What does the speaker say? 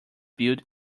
built